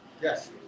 Yes